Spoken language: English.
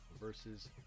versus